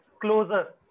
closer